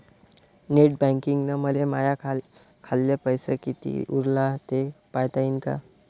Net बँकिंगनं मले माह्या खाल्ल पैसा कितीक उरला थे पायता यीन काय?